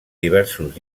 diversos